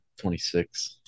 26